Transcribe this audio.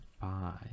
five